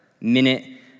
minute